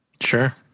Sure